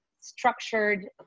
structured